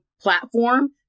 platform